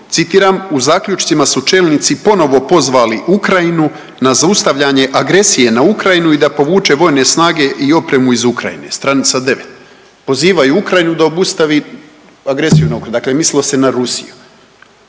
citiram, u zaključcima su čelnici ponovo pozvali Ukrajinu na zaustavljanje agresije na Ukrajinu i da povuče vojne snage i opremu iz Ukrajine. Stranica 9. Pozivaju Ukrajinu da obustavi agresiju na Ukrajinu, dakle mislilo se na Rusiju.